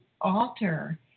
alter